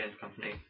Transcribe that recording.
company